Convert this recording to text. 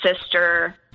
sister